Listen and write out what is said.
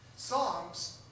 Songs